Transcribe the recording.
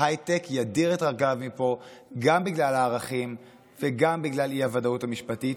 ההייטק ידיר את רגליו מפה גם בגלל הערכים וגם בגלל האי-ודאות המשפטית,